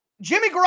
Jimmy